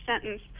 sentence